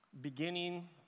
beginning